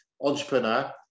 entrepreneur